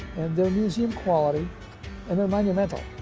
they're museum quality and they're monumental.